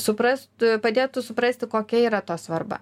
suprast padėtų suprasti kokia yra to svarba